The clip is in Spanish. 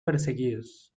perseguidos